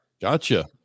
Gotcha